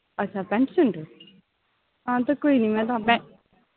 अच्छा पैंट शैंट हां ते कोई नी मैं तां पैं